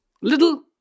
little